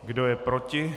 Kdo je proti?